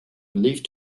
believed